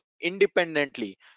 independently